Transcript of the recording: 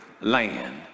land